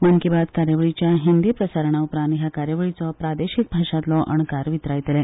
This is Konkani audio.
मन की बात कार्यावळीच्या हिंदी प्रसारणा उपरांत ह्या कार्यावळीचो प्रादेशीक भाशांतलो अणकार वितरायतले